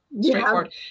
straightforward